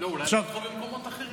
אולי פתחו במקומות אחרים?